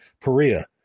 Perea